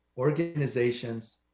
organizations